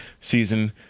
season